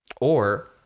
Or-